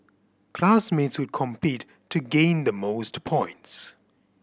classmates would compete to gain the most points